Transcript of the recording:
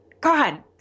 God